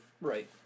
Right